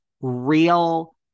real